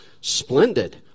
splendid